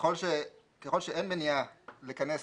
ככל שאין מניעה לכנס